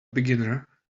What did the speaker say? beginner